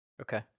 Okay